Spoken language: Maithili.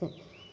हुँ